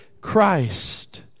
Christ